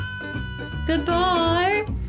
Goodbye